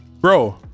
bro